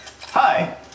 Hi